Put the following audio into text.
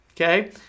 Okay